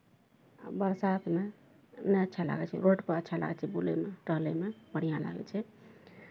आ बरसातमे नहि अच्छा लागै छै रोडपर अच्छा लागै छै बुलैमे टहलैमे बढ़िआँ लागै छै